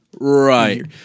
Right